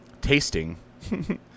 tasting